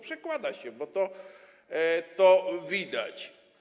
Przekłada się, bo to widać.